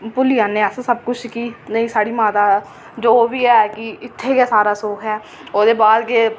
भुल्ली जन्ने अस सबकिश कि नेईं साढ़ी माता ओह्बी ऐ कि इत्थै गै सारा सुख ऐ ओह्दे बाद गै